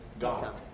God